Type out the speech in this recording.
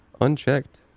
unchecked